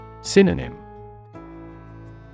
Synonym